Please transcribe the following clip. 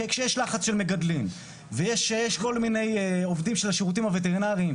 כשיש לחץ של מגדלים ויש כל מיני עובדים של השירותים הווטרינריים,